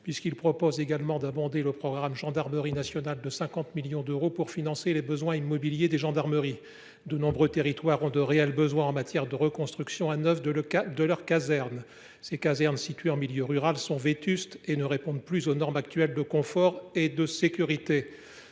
Nous proposons en effet d’abonder le programme 152 « Gendarmerie nationale » de 50 millions d’euros pour financer les besoins immobiliers des gendarmeries. De nombreux territoires ont de réels besoins en matière de reconstruction à neuf de leur caserne de gendarmerie. Ces casernes, situées en milieu rural, sont vétustes et ne répondent plus aux normes actuelles de confort et de sécurité,